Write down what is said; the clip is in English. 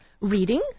reading